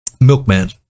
Milkman